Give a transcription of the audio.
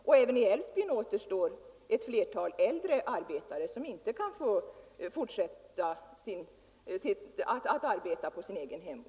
Och även i Älvsbyn återstår ett flertal äldre arbetare, som inte får fortsätta att arbeta på sin hemort.